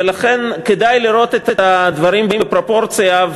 ולכן כדאי לראות את הדברים בפרופורציה.